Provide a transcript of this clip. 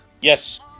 Yes